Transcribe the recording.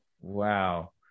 Wow